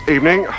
Evening